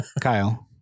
Kyle